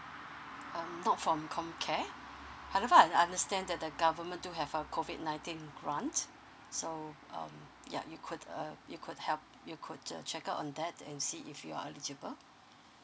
um not from comcare however I understand that the government do have a COVID nineteen grant so um yup you could uh you could help you could uh check out on that and see if you are eligible